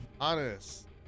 honest